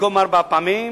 במקום ארבע פעמים,